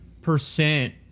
percent